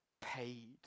paid